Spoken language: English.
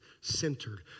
centered